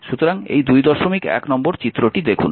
সুতরাং এই 21 নম্বর চিত্রটি দেখুন